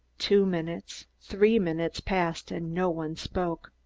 two minutes, three minutes passed and no one spoke.